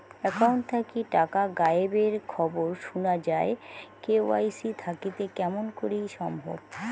Account থাকি টাকা গায়েব এর খবর সুনা যায় কে.ওয়াই.সি থাকিতে কেমন করি সম্ভব?